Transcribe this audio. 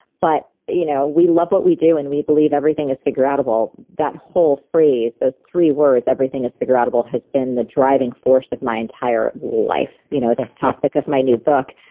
but you know we love what we do and we believe everything is figureoutable. that whole phrase, those three words, everything is figureoutable has been the driving force of my entire life. you know it's the topic of my new book,